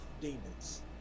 demons